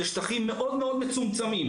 הם שטחים מאוד מאוד מצומצמים.